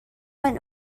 went